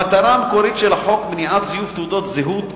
המטרה המקורית של החוק, מניעת זיוף תעודות זהות,